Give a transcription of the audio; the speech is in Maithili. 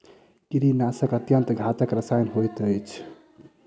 कीड़ीनाशक अत्यन्त घातक रसायन होइत अछि